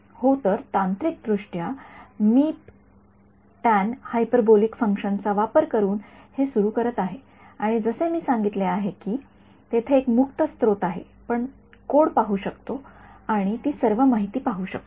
हो तर तांत्रिकदृष्ट्या मीप टॅन हायपरबोलिक फंक्शनचा वापर करून हे सुरु करीत आहे आणि जसे मी सांगितले आहे की तेथे एक मुक्त स्त्रोत आहे पण कोड पाहू शकतो आणि ती सर्व माहिती पाहू शकतो